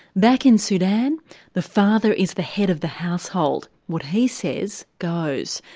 back in sudan the father is the head of the household what he says goes.